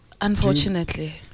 Unfortunately